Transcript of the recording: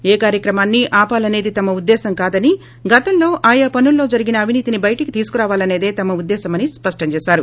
ఏ కార్యక్రమాన్ని ఆపాలసేది మా ఉద్దేశం కాదని గతం లో ఆయా పనులలో జరిగిన అవీనీతిని బయటికి తీయాలనేది తమ ఉద్దేశం అని సృష్టం చేశారు